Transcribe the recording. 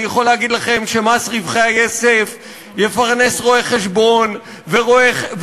אני יכול להגיד לכם שמס רווחי היסף יפרנס רואי-חשבון ועורכי-דין,